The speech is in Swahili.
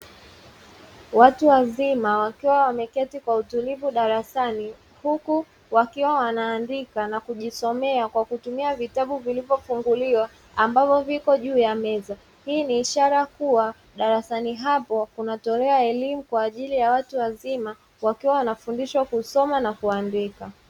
Watu wazima, wakiwa wameketi kwa utulivu darasani, huku wakiwa wanaandika na kujisomea kwa kutumia vitabu vilivyofunguliwa ambavyo vipo juu ya meza. Hii ni ishara kuwa darasani hapo kunatolewa elimu kwa ajili ya watu wazima, wakiwa wanafundishwa kusoma na kuandika.